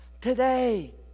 today